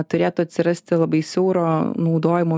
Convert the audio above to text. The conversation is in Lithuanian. turėtų atsirasti labai siauro naudojimo